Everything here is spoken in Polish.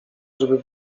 żeby